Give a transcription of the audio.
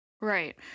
Right